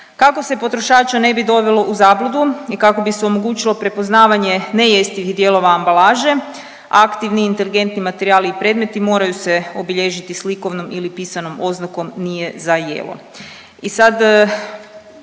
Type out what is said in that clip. Kako se potrošača ne bi dovelo u zabludu i kako bi se omogućilo prepoznavanje nejestivih dijelova ambalaže, aktivni inteligentni materijali i predmeti moraju se obilježiti slikovnom ili pisanom oznakom nije za jelo.